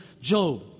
Job